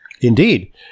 Indeed